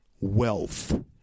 wealth